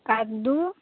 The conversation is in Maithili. कद्दू